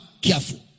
careful